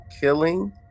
killing